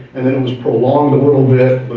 an then it was prolonged a little bit,